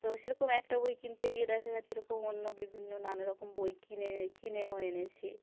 তো সেরকম একটা বই কিনতে গিয়ে দেখা যাচ্ছে এরকম অন্য বিভিন্ন নানারকম বই কিনে এনে কিনেও এনেছি